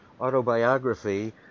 autobiography